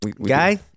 Guy